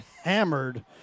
hammered